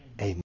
Amen